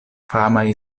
famaj